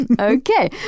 Okay